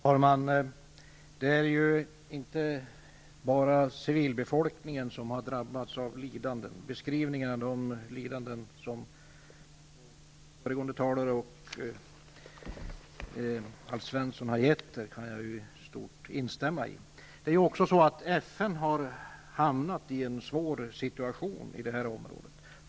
Herr talman! Det är ju inte bara civilbefolkningen som har drabbats av lidanden. Den beskrivning av lidandena som föregående talare och Alf Svensson har givit kan jag i stort instämma i. FN har också hamnat i en svår situation i området.